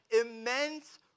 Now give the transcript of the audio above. immense